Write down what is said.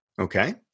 Okay